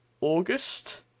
august